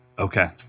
Okay